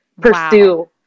pursue